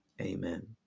Amen